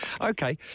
Okay